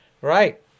Right